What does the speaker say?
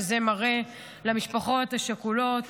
וזה מראה למשפחות השכולות